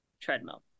Treadmill